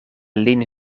lin